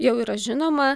jau yra žinoma